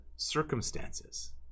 circumstances